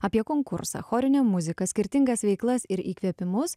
apie konkursą chorinė muzika skirtingas veiklas ir įkvėpimus